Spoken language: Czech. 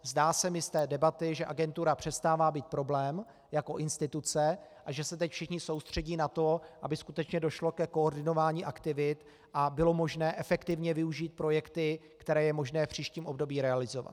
Zdá se mi z té debaty, že agentura přestává být problém jako instituce a že se teď všichni soustředí na to, aby skutečně došlo ke koordinování aktivit a bylo možné efektivně využít projekty, které je možné v příštím období realizovat.